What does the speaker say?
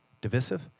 Divisive